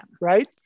Right